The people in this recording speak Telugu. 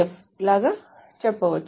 DEF" లాగా చెప్పవచ్చు